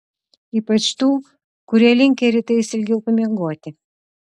ypač tų kurie linkę rytais ilgiau pamiegoti